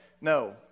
No